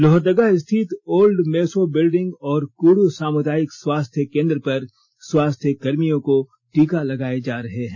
लोहरदगा स्थित old meso building और कुड़ू सामुदायिक स्वास्थ्य केंद्र पर स्वास्थ्य कर्मियों को टीके लगाए जा रहे हैं